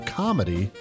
comedy